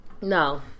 No